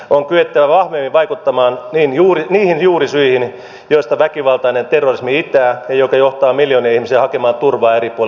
on kyettävä vahvemmin vaikuttamaan niihin juurisyihin joista väkivaltainen terrorismi itää ja jotka johtavat miljoonia ihmisiä hakemaan turvaa eri puolilla maailmaa